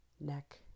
Neck